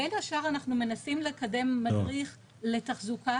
בין השאר אנחנו מנסים לקדם מדריך לתחזוקה,